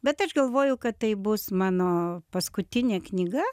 bet aš galvoju kad tai bus mano paskutinė knyga